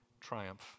triumph